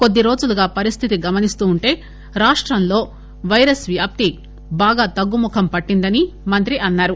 కొద్ది రోజులుగా పరిస్దితి గమనిస్తుంటే రాష్టంలో పైరస్ వ్యాప్తి బాగా తగ్గుముఖం పట్టిందని మంత్రి అన్నా రు